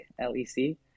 L-E-C